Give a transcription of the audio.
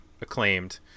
acclaimed